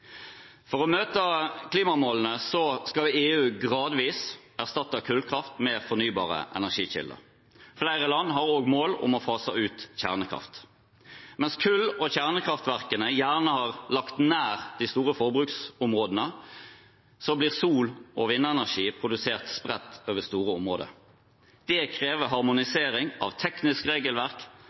For å møte klimamålene skal EU gradvis erstatte kullkraft med fornybare energikilder. Flere land har også mål om å fase ut kjernekraft. Mens kull og- og kjernekraftverkene gjerne har ligget nær de store forbruksområdene, blir sol- og vindenergi produsert spredt over store områder. Det krever harmonisering av tekniske regelverk,